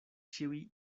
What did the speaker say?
ĉiuj